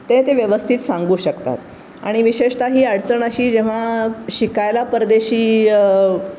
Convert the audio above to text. ते ते व्यवस्थित सांगू शकतात आणि विशेषतः ही अडचण अशी जेव्हा शिकायला परदेशी